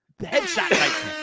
headshot